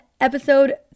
episode